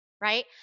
right